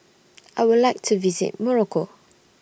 I Would like to visit Morocco